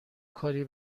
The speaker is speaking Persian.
کاری